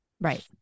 right